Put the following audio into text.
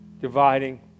dividing